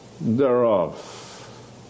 thereof